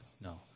No